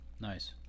nice